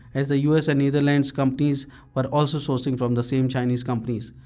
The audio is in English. as the us and netherlands companies were also sourcing from the same chinese companies.